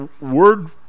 Word